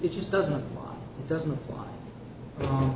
it just doesn't it doesn't